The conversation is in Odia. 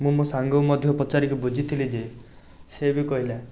ମୁଁ ମୋ ସାଙ୍ଗକୁ ମଧ୍ୟ ପଚାରିକି ବୁଝିଥିଲି ଯେ ସିଏ ବି କହିଲା